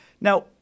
Now